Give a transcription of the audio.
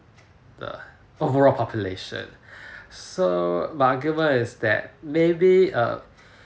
the overall population so but my argument is that maybe err